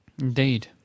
Indeed